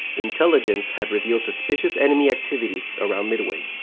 intelligence had revealed suspicious enemy activities around midway,